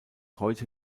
heute